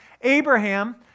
Abraham